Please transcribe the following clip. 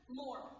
more